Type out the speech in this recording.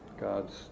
God's